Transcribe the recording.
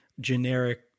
generic